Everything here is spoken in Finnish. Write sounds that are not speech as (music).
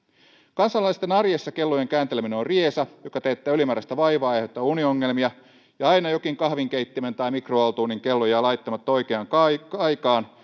kansalaisten arjessa kellojen käänteleminen on riesa joka teettää ylimääräistä vaivaa ja aiheuttaa uniongelmia aina jokin kahvinkeittimen tai mikroaaltouunin kello jää laittamatta oikeaan aikaan (unintelligible)